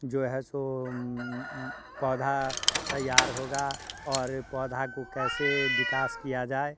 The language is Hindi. जो है सो पौधा तैयार होगा और पौधा को कैसे विकास किया जाए